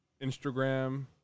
instagram